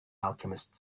alchemist